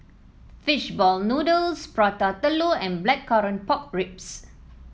fish ball noodles Prata Telur and Blackcurrant Pork Ribs